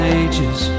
ages